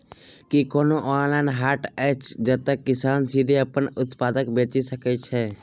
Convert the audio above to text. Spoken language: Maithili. की कोनो ऑनलाइन हाट अछि जतह किसान सीधे अप्पन उत्पाद बेचि सके छै?